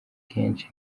kenshi